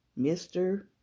Mr